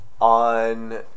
on